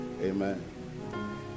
Amen